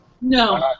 No